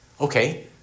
Okay